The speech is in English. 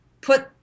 put